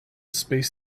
space